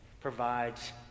provides